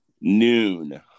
Noon